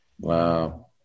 Wow